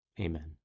Amen